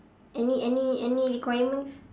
any any any requirements